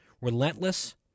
relentless